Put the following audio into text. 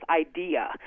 idea